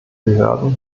behörden